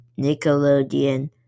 Nickelodeon